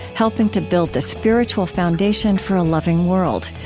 helping to build the spiritual foundation for a loving world.